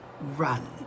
run